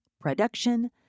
production